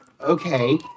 Okay